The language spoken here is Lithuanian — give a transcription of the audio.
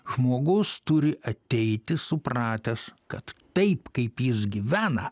žmogus turi ateiti supratęs kad taip kaip jis gyvena